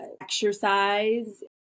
exercise